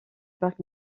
parc